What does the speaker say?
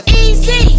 easy